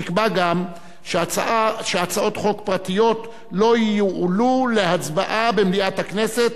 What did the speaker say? נקבע גם שהצעות חוק פרטיות לא יועלו להצבעה במליאת הכנסת,